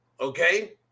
okay